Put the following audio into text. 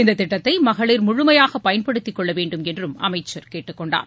இந்த திட்டத்தை மகளிர் முழுமையாக பயன்படுத்திக் கொள்ளவேண்டும் என்றும் அமைச்சர் கேட்டுக்கொண்டார்